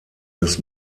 des